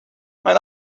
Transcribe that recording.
mein